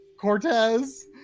Cortez